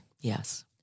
Yes